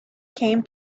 came